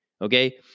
okay